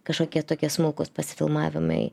kažkokie tokie smulkūs pasifilmavimai